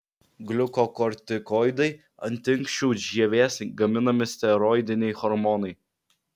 gliukokortikoidai antinksčių žievės gaminami steroidiniai hormonai